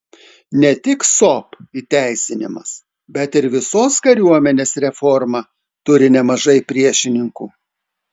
ne tik sop įteisinimas bet ir visos kariuomenės reforma turi nemažai priešininkų